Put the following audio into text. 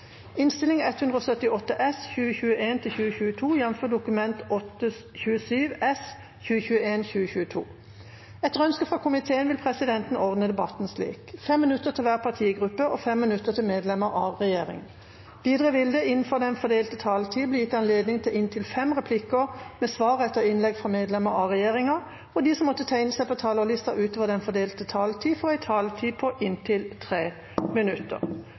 ikke bedt om ordet til sak nr. 10. Etter ønske fra justiskomiteen vil presidenten ordne debatten slik: 5 minutter til hver partigruppe og 5 minutter til medlemmer av regjeringa. Videre vil det – innenfor den fordelte taletid – bli gitt anledning til inntil fem replikker med svar etter innlegg fra medlemmer av regjeringa, og de som måtte tegne seg på talerlista utover den fordelte taletid, får en taletid på inntil 3 minutter.